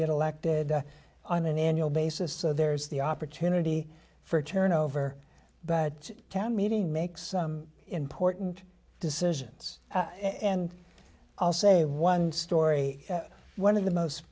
get elected on an annual basis so there's the opportunity for a turnover but town meeting makes some important decisions and i'll say one story one of the most